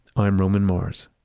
i'm roman mars